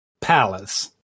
palace